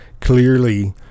clearly